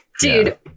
Dude